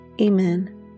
Amen